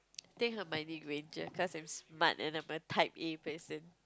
think Hermione Granger cause I'm smart and I'm a type A person